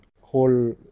whole